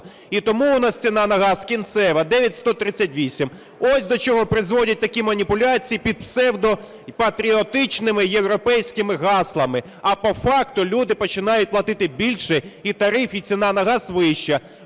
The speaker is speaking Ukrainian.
і тому у нас ціна на газ кінцева – 9,138. Ось до чого призводять такі маніпуляції під псевдопатріотичними європейськими гаслами, а по факту люди починають платити більше і тарифи, і ціна на газ вищі.